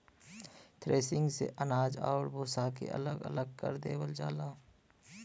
threshing से अनाज आउर भूसा के अलग अलग कर देवल जाला